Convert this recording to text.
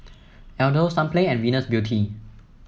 Aldo Sunplay and Venus Beauty